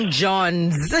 johns